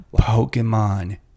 Pokemon